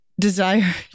desire